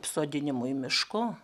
sodinimui miško